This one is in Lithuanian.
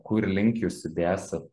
kur link jūs judėsit